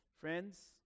Friends